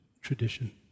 tradition